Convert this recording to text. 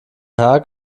haag